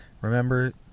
Remember